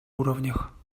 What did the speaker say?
уровнях